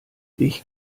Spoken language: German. ich